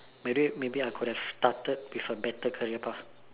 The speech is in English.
maybe maybe I could've started with a better career path